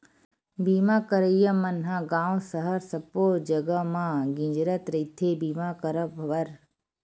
बीमा करइया मन ह गाँव सहर सब्बो जगा म गिंजरत रहिथे बीमा करब बर